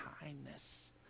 kindness